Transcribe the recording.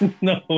No